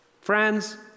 Friends